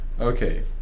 Okay